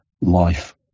life